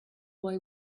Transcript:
boy